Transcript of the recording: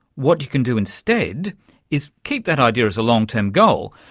what you can do instead is keep that idea as a long-term goal,